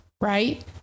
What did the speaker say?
right